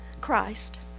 Christ